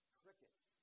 crickets